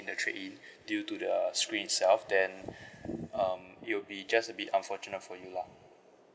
the trade-in due to the screen itself then um it will be just a bit unfortunate for you lah